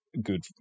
good